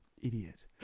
Idiot